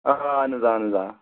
اہن حظ اہن حظ آ